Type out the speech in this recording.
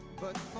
but